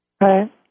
Right